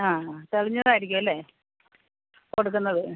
ആ ആ തെളിഞ്ഞതായിരിക്കും അല്ലെ കൊടുക്കുന്നത്